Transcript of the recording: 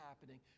happening